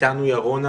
איתנו ירונה,